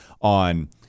on